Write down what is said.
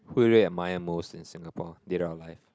who do you admire most in Singapore dead or alive